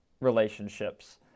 relationships